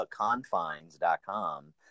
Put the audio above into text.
theconfines.com